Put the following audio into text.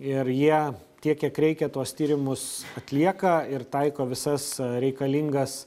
ir jie tiek kiek reikia tuos tyrimus atlieka ir taiko visas reikalingas